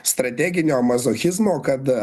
strateginio mazochizmo kad